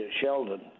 Sheldon